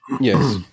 yes